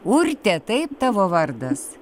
urtė taip tavo vardas